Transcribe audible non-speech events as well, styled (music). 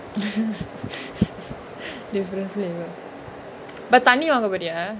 (laughs) different flavour but தண்ணி வாங்க போரியா:thanni vaanga poriyaa